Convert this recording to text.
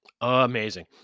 amazing